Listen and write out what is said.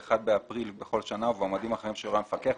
ב-1 באפריל בכל שנה ובמועדים אחרים שיורה המפקח,